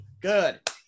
good